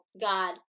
God